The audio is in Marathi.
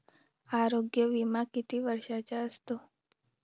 आरोग्य विमा किती वर्षांचा असतो?